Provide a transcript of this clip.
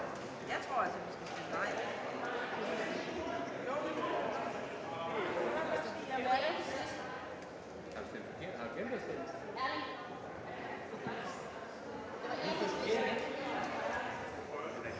Hvad er det for